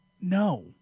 No